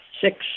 six